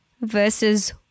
versus